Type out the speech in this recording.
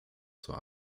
zur